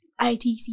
itc